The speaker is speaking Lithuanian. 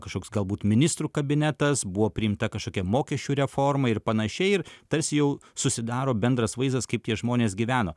kažkoks galbūt ministrų kabinetas buvo priimta kažkokia mokesčių reforma ir panašiai ir tarsi jau susidaro bendras vaizdas kaip tie žmonės gyveno